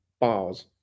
bars